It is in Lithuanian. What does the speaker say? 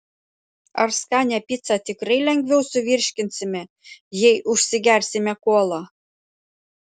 ar skanią picą tikrai lengviau suvirškinsime jei užsigersime kola